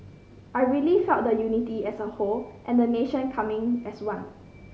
I really felt the unity as a whole and the nation coming as one